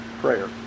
prayer